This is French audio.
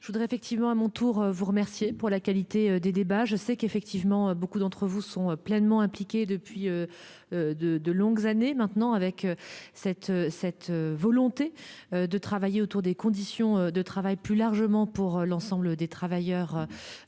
je voudrais effectivement à mon tour vous remercier pour la qualité des débats. Je sais qu'effectivement, beaucoup d'entre vous sont pleinement impliquée depuis. De longues années maintenant avec cette, cette volonté de travailler autour des conditions de travail plus largement pour l'ensemble des travailleurs.